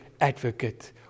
advocate